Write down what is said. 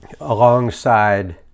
alongside